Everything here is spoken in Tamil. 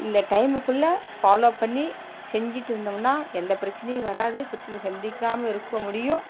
இந்த டைமுக்குள்ள ஃபாலோ பண்ணி செஞ்சிட்டிருந்தோம்னால் எந்த பிரச்சனையும் வராது பிரச்சனை சந்திக்காமல் இருக்க முடியும்